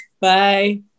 Bye